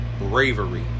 bravery